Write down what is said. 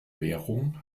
währung